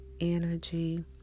energy